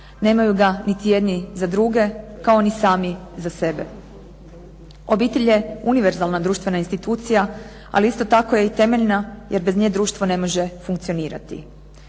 nemaju ga niti jedni za druge kao ni sami za sebe. Obitelj je univerzalna društvena institucija ali isto tako je i temeljna jer bez nje društvo ne može funkcionirati.